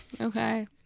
Okay